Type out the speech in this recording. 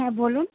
হ্যাঁ বলুন